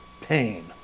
pain